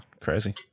crazy